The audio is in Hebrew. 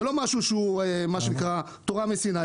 זה לא משהו שהוא תורה מסיני,